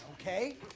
okay